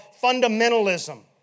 fundamentalism